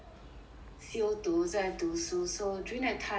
西欧读在读 so during that time